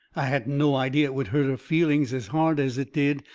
i hadn't no idea it would hurt her feelings as hard as it did.